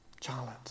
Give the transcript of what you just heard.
Charlotte